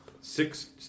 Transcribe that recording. six